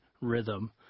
rhythm